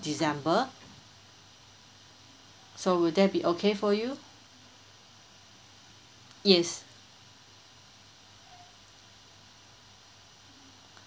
december so will that be okay for you yes